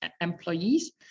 employees